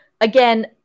again